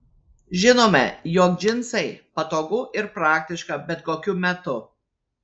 žinome jog džinsai patogu ir praktiška bet kokiu metu